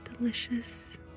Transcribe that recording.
delicious